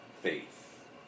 faith